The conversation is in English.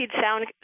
sound